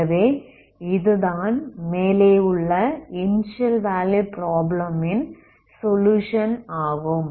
ஆகவே இது தான் மேலே உள்ள இனிஸியல் வேல்யூ ப்ராப்ளம் ன் சொலுயுஷன் ஆகும்